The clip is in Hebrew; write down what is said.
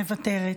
מוותרת.